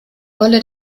rolle